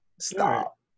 Stop